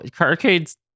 Arcade's